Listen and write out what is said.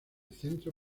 centro